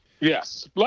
Yes